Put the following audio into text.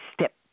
step